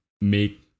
make